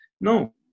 No